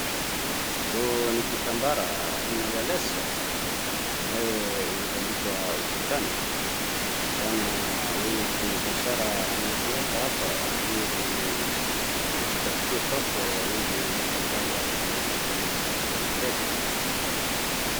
Huu ni kitambara aina ya leso ambaye imebandikwa ukutani. Naonekana huyu mfanyabiashara ameziweka hapa ili ajitafutie soko ili kitambara yake iende mbele.